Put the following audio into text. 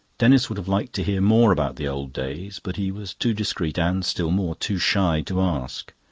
denis would have liked to hear more about the old days. but he was too discreet and, still more, too shy to ask.